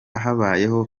habaye